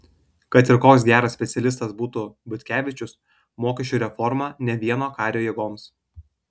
kad ir koks geras specialistas būtų butkevičius mokesčių reforma ne vieno kario jėgoms